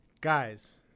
guys